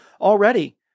already